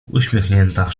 uśmiechnięta